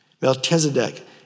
Melchizedek